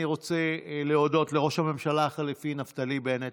אני רוצה להודות לראש הממשלה החליפי נפתלי בנט,